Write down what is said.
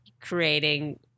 creating